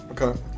Okay